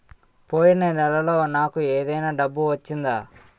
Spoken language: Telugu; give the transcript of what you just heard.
పోయిన నెలలో నాకు ఏదైనా డబ్బు వచ్చిందా?